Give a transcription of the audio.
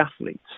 athletes